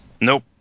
nope